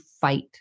fight